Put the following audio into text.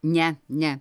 ne ne